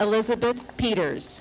elizabeth peters